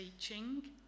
teaching